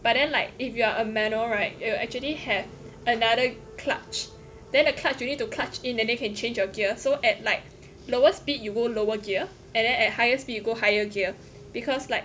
but then like if you are a manual right you will actually have another clutch then the clutch you need to clutch in and then you can change your gear so at like lowest speed you go lower gear and then at highest speed you go higher gear because like